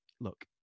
look